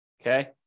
Okay